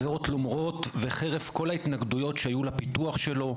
זאת למרות וחרף כל ההתנגדויות שהיו לפיתוח שלו.